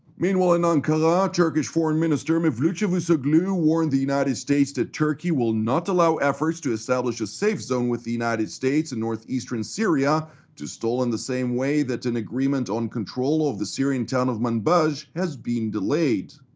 meanwhile in ankara turkish foreign minister mevlut cavusoglu warned the united states that turkey will not allow efforts to establish a safe zone with the united states in northeast syria to stall in the same way that an agreement on control of the syrian town of manbij has been delayed.